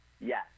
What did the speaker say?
Yes